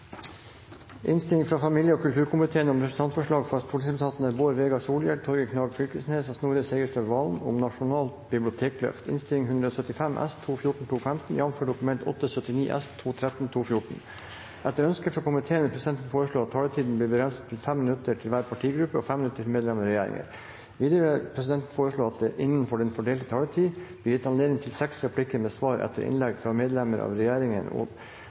fra familie- og kulturkomiteen vil presidenten foreslå at taletiden blir begrenset til 5 minutter til hver partigruppe og 5 minutter til medlem av regjeringen. Videre vil presidenten foreslå at det blir gitt anledning til seks replikker med svar etter innlegg fra medlemmer av regjeringen innenfor den fordelte taletid, og